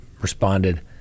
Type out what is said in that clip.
responded